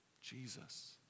Jesus